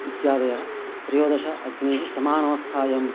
इत्यादयः त्रयोदश अग्नेः समानवस्थायाम्